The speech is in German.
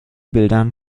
bildern